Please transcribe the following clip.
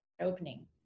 opening